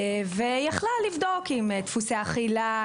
והיא יכלה לבדוק דפוסי אכילה,